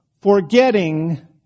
Forgetting